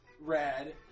red